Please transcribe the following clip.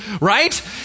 Right